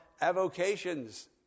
avocations